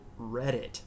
reddit